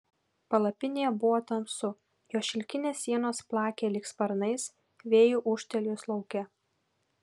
palapinėje buvo tamsu jos šilkinės sienos plakė lyg sparnais vėjui ūžtelėjus lauke